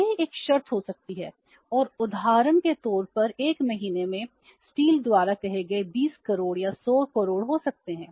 यह एक शर्त हो सकती है और उदाहरण के तौर पर एक महीने में स्टील द्वारा कहे गए 20 करोड़ या 100 करोड़ हो सकते हैं